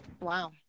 Wow